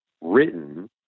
written